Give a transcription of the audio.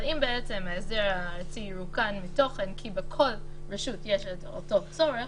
אבל אם בעצם ההסדר הארצי ירוקן מתוכן כי בכל רשות יש את אותו צורך